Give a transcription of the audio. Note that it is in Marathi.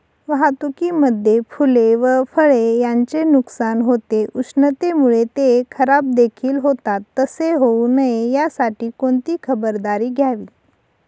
वाहतुकीमध्ये फूले व फळे यांचे नुकसान होते, उष्णतेमुळे ते खराबदेखील होतात तसे होऊ नये यासाठी कोणती खबरदारी घ्यावी?